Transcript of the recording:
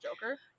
joker